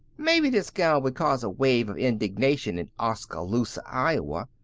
maybe this gown would cause a wave of indignation in oskaloosa, iowa,